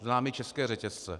Znám i české řetězce.